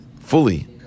fully